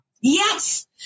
yes